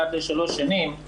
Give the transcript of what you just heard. אחת לשלוש שנים,